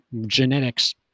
genetics